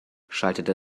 schaltete